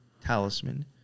Talisman